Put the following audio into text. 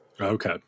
Okay